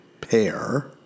pair